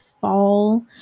fall